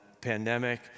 pandemic